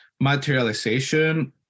materialization